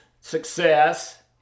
success